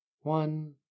One